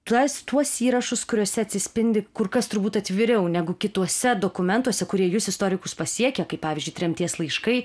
tuos tuos įrašus kuriuose atsispindi kur kas turbūt atviriau negu kituose dokumentuose kurie jus istorikus pasiekia kaip pavyzdžiui tremties laiškai